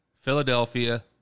Philadelphia